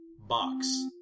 box